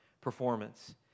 performance